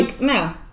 no